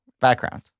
Background